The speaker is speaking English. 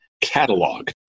catalog